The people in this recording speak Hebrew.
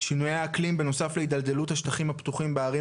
שינויי האקלים בנוסף להידלדלות השטחים הפתוחים בערים,